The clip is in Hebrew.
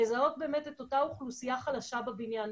לזהות את אותה אוכלוסייה חלשה בבניין,